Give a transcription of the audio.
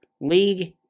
League